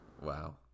Wow